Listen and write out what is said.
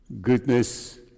goodness